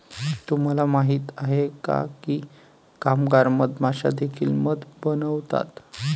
तुम्हाला माहित आहे का की कामगार मधमाश्या देखील मध बनवतात?